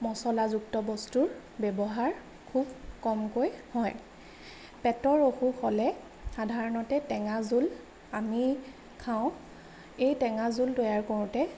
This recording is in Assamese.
মচলাযুক্ত বস্তুৰ ব্যৱহাৰ খুব কমকৈ হয় পেটৰ অসুখ হ'লে সাধাৰণতে টেঙা জোল আমি খাওঁ এই টেঙাৰ জোল তৈয়াৰ কৰোঁতে